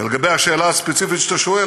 ולגבי השאלה הספציפית שאתה שואל,